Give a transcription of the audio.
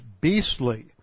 beastly